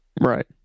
Right